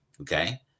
Okay